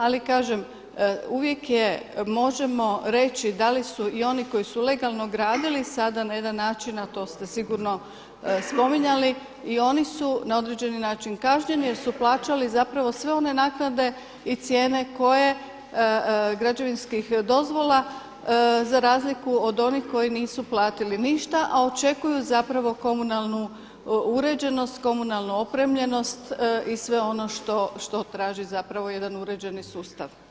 Ali kažem, uvijek možemo reći da li su i oni koji su legalno gradili sada na jedan način, a to ste sigurno spominjali i oni su na određeni način kažnjeni jer su plaćali zapravo sve one naknade i cijene koje građevinskih dozvola za razliku od onih koji nisu platili ništa, a očekuju zapravo komunalnu uređenost, komunalnu opremljenost i sve ono što traži zapravo jedan uređeni sustav.